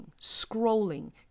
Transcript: scrolling